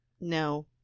No